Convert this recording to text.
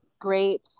great